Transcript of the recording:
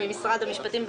שנצביע.